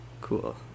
Cool